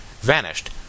vanished